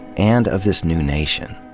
and of this new nation.